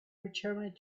returned